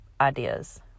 ideas